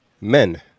Men